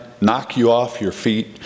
knock-you-off-your-feet